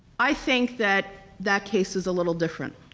i think that that case is a little different.